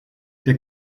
der